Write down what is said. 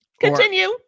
Continue